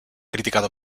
criticado